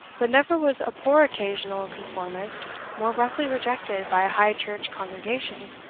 but never was a poor occasional conformist more roughly rejected by a high-church congregation,